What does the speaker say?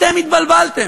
אתם התבלבלתם.